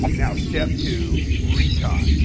like now step two recon.